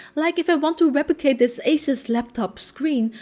like if i want to replicate this asus laptop screen,